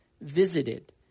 visited